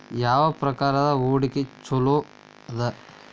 ಯಾವ ಪ್ರಕಾರದ ಹೂಡಿಕೆ ಚೊಲೋ ಅದ